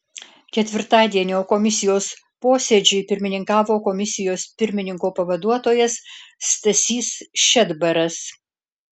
ketvirtadienio komisijos posėdžiui pirmininkavo komisijos pirmininko pavaduotojas stasys šedbaras